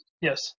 yes